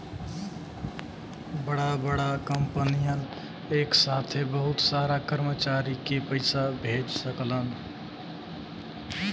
बड़ा बड़ा कंपनियन एक साथे बहुत सारा कर्मचारी के पइसा भेज सकलन